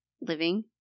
living